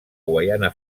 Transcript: guaiana